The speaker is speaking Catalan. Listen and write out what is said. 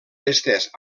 estès